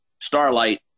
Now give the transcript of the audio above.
Starlight